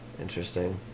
Interesting